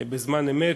בזמן אמת.